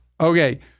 Okay